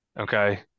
okay